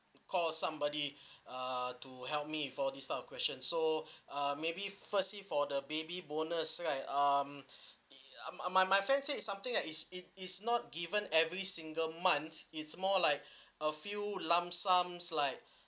call somebody uh to help me for this type of questions so uh maybe firstly for the baby bonus right um um my my my friend say something that is it it's not given every single month it's more like a few lump sums like